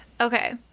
Okay